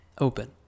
Open